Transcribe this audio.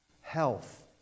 Health